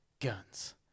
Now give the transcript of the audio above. Guns